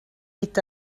est